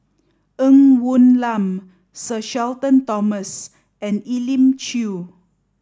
Ng Woon Lam Sir Shenton Thomas and Elim Chew